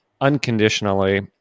unconditionally